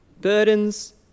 Burdens